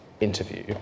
interview